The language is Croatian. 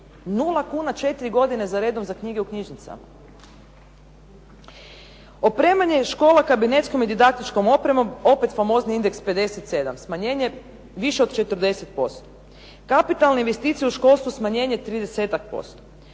kuna četiri godine za redom za knjige u knjižnicama. Oprema škola kabinetskom i didaktičkom opremom opet famozni indeks 57, smanjenje više od 40%. Kapitalne investicije u školstvu smanjenje